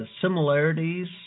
similarities